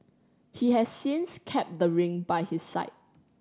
he has since kept the ring by his side